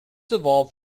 evolved